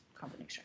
combination